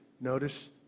Notice